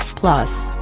plus,